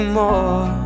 more